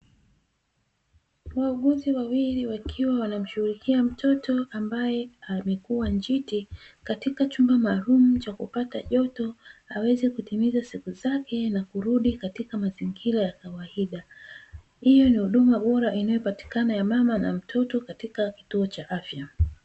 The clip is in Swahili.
Wauguzi wawili wakiwa wanamshughulikia mtoto ambaye amekua njiti katika chumba maalumu cha kupata joto aweze kutimiza siku zake na kurudi katika mazingira ya kawaida. Hii ni huduma bora inayopatikana ya mama na mtoto katika kituo cha afya.